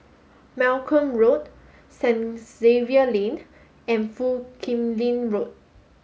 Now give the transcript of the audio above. Malcolm Road Saint Xavier's Lane and Foo Kim Lin Road